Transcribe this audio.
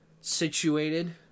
situated